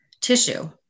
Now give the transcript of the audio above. tissue